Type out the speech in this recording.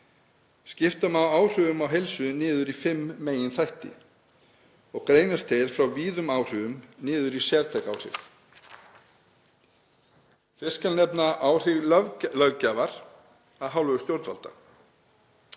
Skipta má áhrifum á heilsu niður í fimm meginþætti og greinast þeir frá víðum áhrifum niður í sértæk áhrif. Fyrst skal nefna áhrif löggjafar af hálfu stjórnvalda,